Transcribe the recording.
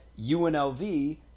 UNLV